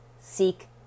Seek